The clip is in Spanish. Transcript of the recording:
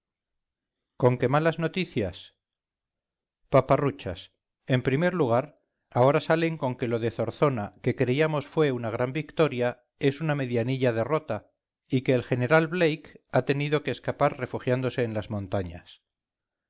con que malas noticias paparruchas en primer lugar ahora salen con que lo de zornoza que creíamos fue una gran victoria es una medianilla derrota y que el general blake ha tenido que escapar refugiándose en las montañas